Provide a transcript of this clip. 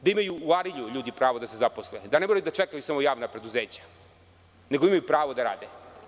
Da imaju u Arilju ljudi pravo da se zaposle, da ne moraju da čekaju samo javna preduzeća, nego imaju pravo da rade.